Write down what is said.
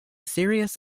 serious